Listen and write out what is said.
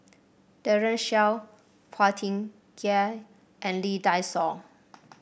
Daren Shiau Phua Thin Kiay and Lee Dai Soh